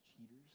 cheaters